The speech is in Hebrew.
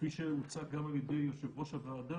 כפי שהוצג גם על ידי יושב ראש הוועדה,